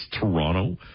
Toronto